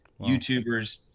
youtubers